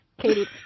Katie